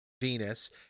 Venus